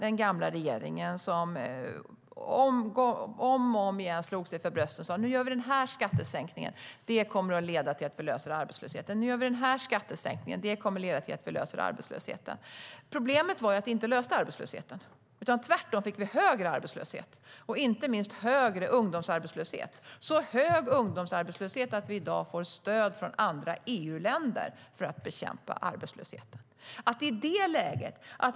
Den gamla regeringen slog sig om och om igen för bröstet och sa "Nu gör vi den här skattesänkningen. Det kommer att leda till att vi löser arbetslösheten. Nu gör vi en ny skattesänkning. Det kommer att leda till att vi löser arbetslösheten." Problemet var att det inte löste arbetslösheten. Tvärtom fick vi högre arbetslöshet, inte minst högre ungdomsarbetslöshet. Vi fick så hög ungdomsarbetslöshet att vi i dag får stöd från andra EU-länder för bekämpa arbetslösheten.